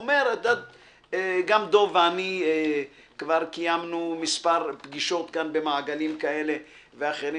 גם דב ואני כבר קיימנו מספר פגישות כאן במעגלים כאלה ואחרים,